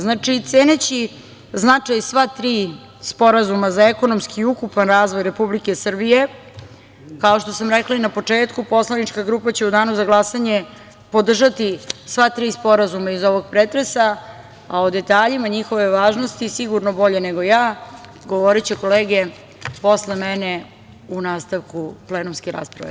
Znači, ceneći značaj sva tri sporazuma za ekonomski i ukupan razvoj Republike Srbije, kao što sam rekla i na početku poslanička grupa će u danu za glasanje podržati sva tri sporazuma iz ovog pretresa, a o detaljima njihove važnosti, sigurno bolje nego ja, govoriće kolege posle mene u nastavku plenumske rasprave.